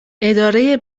اداره